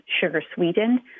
sugar-sweetened